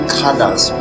colors